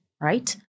right